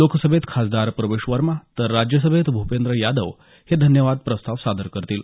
लोकसभेत खासदार प्रवेश वर्मा तर राज्यसभेत भूपेंद्र यादव हे धन्यवाद प्रस्ताव सादर करतील